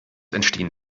entstehen